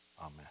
Amen